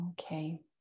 Okay